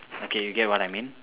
okay you get what I mean